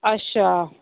अच्छा